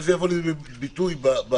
המהות הזאת תבוא לידי ביטוי בחקיקה.